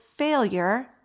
failure